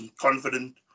confident